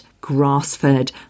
grass-fed